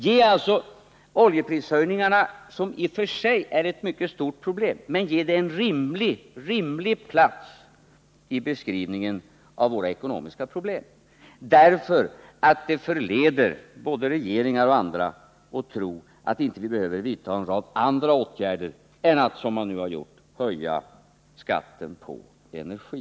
Ge oljeprishöjningarna, som i och för sig är ett mycket stort problem, en rimlig plats i beskrivningen av våra ekonomiska problem! De förleder annars både regeringar och andra att tro att vi inte behöver vidta en rad andra åtgärder än att, som man nu har gjort, höja skatten på energi.